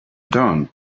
dawn